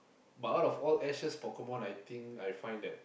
but out of all ashes Pokemon I think I find that